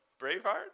Braveheart